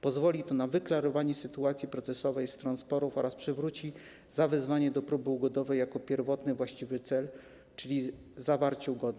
Pozwoli to na wyklarowanie sytuacji procesowej stron sporów oraz przywróci zawezwaniu do próby ugodowej jego pierwotny, właściwy cel, czyli zawarcie ugody.